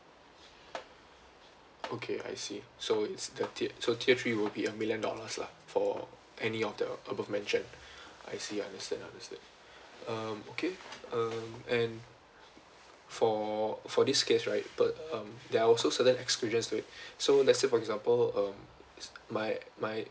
okay I see so it's the so tier three will be a million dollars lah for any of the above mentioned I see understand understand um okay um and for for this case right um there are also certain exclusions to it so let's say for example um my my